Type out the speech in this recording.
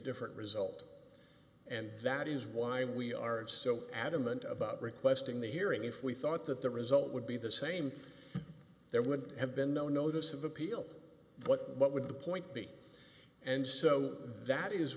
different result and that is why we aren't so adamant about requesting the hearing if we thought that the result would be the same there would have been no notice of appeal what would the point be and so that is